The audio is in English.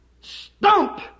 stump